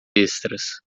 extras